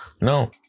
no